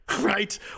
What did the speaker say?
right